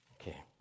Okay